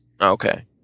okay